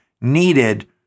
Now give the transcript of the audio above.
needed